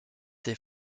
des